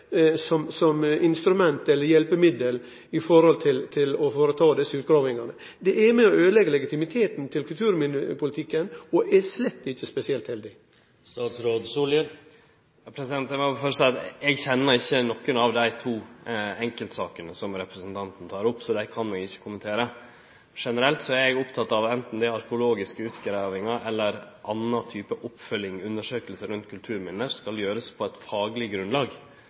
som instrument, som hjelpemiddel, når det gjeld å setje i verk desse utgravingane. Det er med på å øydeleggje legitimiteten til kulturminnepolitikken og er slett ikkje spesielt heldig. Eg må først seie at eg kjenner ikkje nokon av dei to enkeltsakene som representanten tek opp, så dei kan eg ikkje kommentere. Generelt er eg, anten det er arkeologiske utgravingar eller annan type oppfølging eller undersøking når det gjeld kulturminne, oppteken av at det skal gjerast på eit fagleg grunnlag.